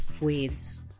weeds